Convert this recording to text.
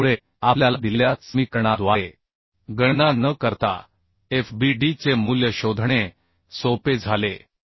कोडमुळे आपल्याला दिलेल्या समीकरणा द्वारे गणना न करता f b d चे मूल्य शोधणे सोपे झाले आहे